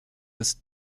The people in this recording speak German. des